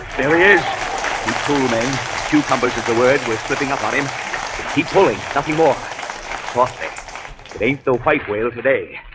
there is the cumin cucumbers is the word we're slipping up on him keep pulling nothing more softly they still fight wail today